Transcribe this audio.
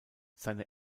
seine